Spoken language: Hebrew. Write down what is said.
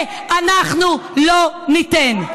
אסור, את זה אנחנו לא ניתן.